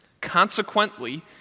Consequently